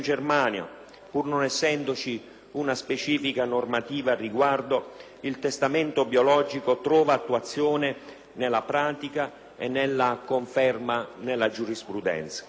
pur non essendoci una specifica normativa al riguardo, il testamento biologico trova attuazione nella pratica e conferma nella giurisprudenza.